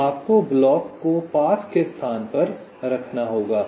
तो आपको ब्लॉक को पास के स्थान पर रखना होगा